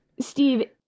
Steve